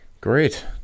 Great